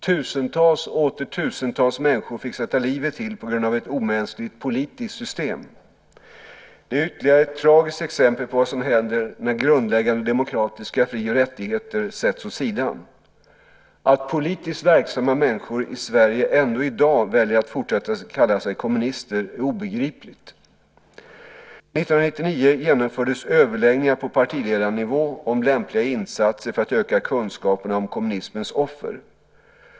Tusentals och åter tusentals människor fick sätta livet till på grund av ett omänskligt politiskt system. Det är ytterligare ett tragiskt exempel på vad som händer när grundläggande demokratiska fri och rättigheter sätts åt sidan. Att politiskt verksamma människor i Sverige ändå i dag väljer att fortsätta kalla sig kommunister är obegripligt. År 1999 genomfördes överläggningar på partiledarnivå om lämpliga insatser för att öka kunskaperna om kommunismens offer.